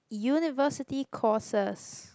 University courses